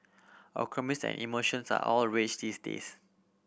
acronyms and emoticons are all rage these days